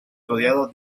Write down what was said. rodeado